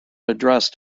addressed